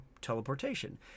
teleportation